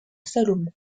salomon